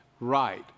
right